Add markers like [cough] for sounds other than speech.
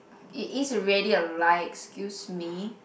[breath] it is already a lie excuse me